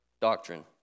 doctrine